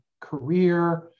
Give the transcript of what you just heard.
career